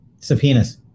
subpoenas